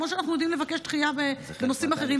כמו שאנחנו יודעים לבקש דחייה בנושאים אחרים,